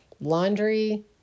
laundry